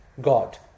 God